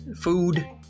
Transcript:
food